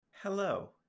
hello